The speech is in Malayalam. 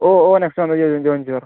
ഓ ഓ നെക്സ്റ്റ് മന്ത് തന്നെ ജോയിൻ ചെയ്തോളാം